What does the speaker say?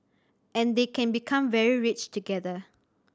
and they can become very rich together